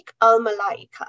al-Malaika